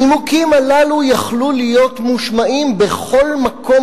הנימוקים הללו יכלו להיות מושמעים בכל מקום